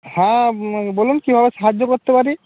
হ্যাঁ বলুন কীভাবে সাহায্য করতে পারি